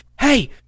Hey